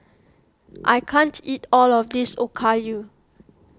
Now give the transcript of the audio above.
I can't eat all of this Okayu